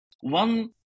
one